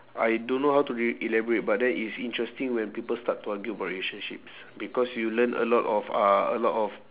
I don't know how to re~ elaborate but then it's interesting when people start to argue about relationships because you learn a lot of uh a lot of